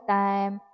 time